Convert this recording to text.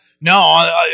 no